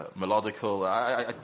melodical